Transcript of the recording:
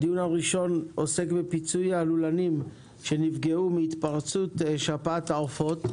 הדיון הראשון עוסק בפיצוי הלולנים שנפגעו מהתפרצות שפעת העופות.